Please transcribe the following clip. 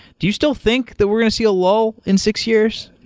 do you still think that we're going to see a lull in six years?